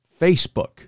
Facebook